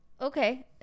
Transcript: Okay